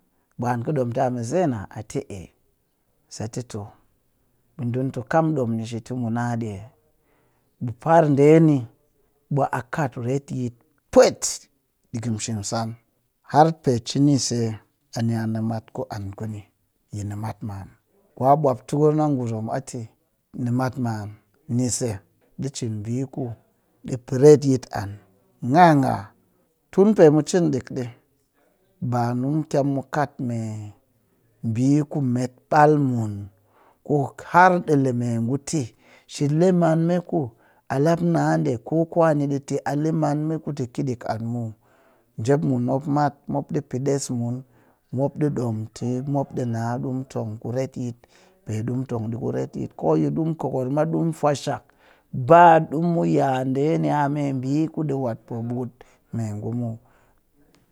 Ɓe an kɨ ɗomta mɨ zeem'a a tɨ ai sat tɨ too ɓe ɗun tu kam ɗom shi ɗang tɨ tu na ɗi'e ɓe a kat retyit pwet yi shimsan har pe cini se ɓe nya nimat ku an a kuni yi nimat man kwa ɓwap tukur yi ngurum a tɨ a nimat man nise ɗi cin ɓi ku ɗi pee retyit an ŋga ŋga tun pe mu cin ɗik ɗi ba nimu kyam mu kat me ɓii ku met ɓal mun ku har ɗi le megu ti shile manme ku a lap na ɗe ko ɗi tɨ ti le manme ku ti ki ɗik an muw njep mun mop mat mop ɗi pee ɗes mun, mop ɗi ɗom tɨ mop ɗi na ɗi mu tong ku retyit pe ɗi mu tong ɗi ku retyi ko yi ɗimu kokor ma ɗi mu fwashak ba ɗi mu ya ɗe nya meɓi kuɗi wat potukup me ngu muw.